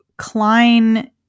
Klein